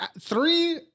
three